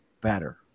better